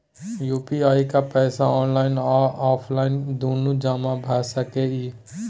UPI के पैसा online आ ऑफलाइन दुनू जमा भ सकै इ?